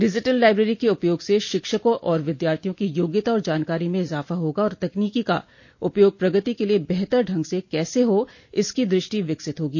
digital library के उपयोग से शिक्षकों और विद्यार्थियों की योग्यता और जानकारी में इजाफा होगा और तकनीकी का उपयोग प्रगति के लिये बेहतर ढंग से कैसे हो इसकी दृष्टि विकसित होगी